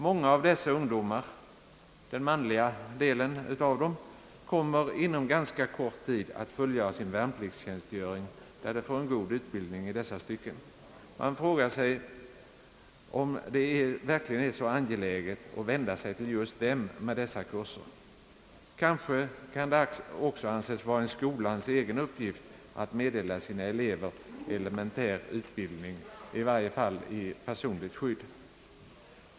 Många av dessa ungdomar — den manliga delen — kommer inom ganska kort tid att fullgöra sin värnpliktstjänstgöring, där de får en god utbildning i dessa stycken. Man frågar sig om det verkligen är så angeläget att vända sig just till dem med dessa kurser. Kanske kan det också anses vara en skolans egen uppgift att meddela sina elever elementär utbildning i varje fall i personligt skydd.